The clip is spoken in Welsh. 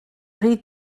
rhy